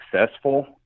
successful